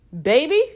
Baby